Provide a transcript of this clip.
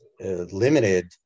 limited